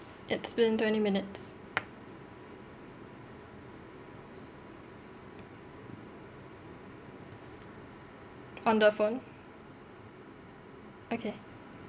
it's been twenty minutes on the phone okay